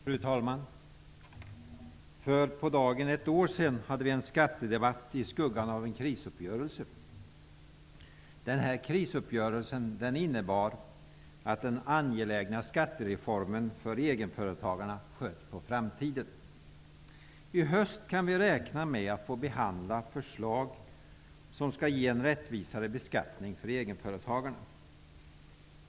Fru talman! För på dagen ett år sedan hade vi en skattedebatt i skuggan av en krisuppgörelse. I höst kan vi räkna med att få behandla förslag som nu skall ge en rättvisare beskattning för egenföretagarna.